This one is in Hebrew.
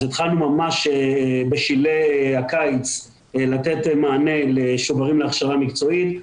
אז התחלנו ממש בשלהי הקיץ לתת מענה לשוברים להכשרה מקצועית.